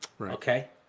Okay